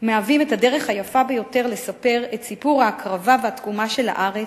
מהווים את הדרך היפה ביותר לספר את סיפור ההקרבה והתקומה של הארץ,